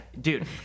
dude